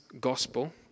Gospel